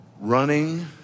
running